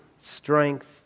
strength